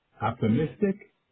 optimistic